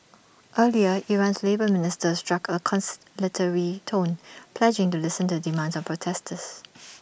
earlier Iran's labour minister struck A conciliatory tone pledging to listen to demands of protesters